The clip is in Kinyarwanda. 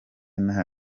nta